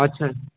अच्छा जी